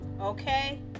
Okay